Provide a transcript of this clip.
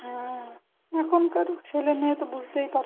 হ্যাঁ এখনকার ছেলে মেয়ে তো বুঝতেই পারছিস